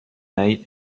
night